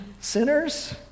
sinners